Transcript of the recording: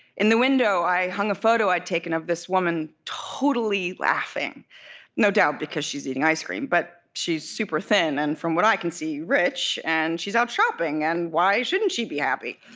in the window, i hung a photo i'd taken of this woman totally laughing no doubt because she's eating ice cream, but she's super thin and from what i can see rich, and she's out shopping, and why shouldn't she be happy?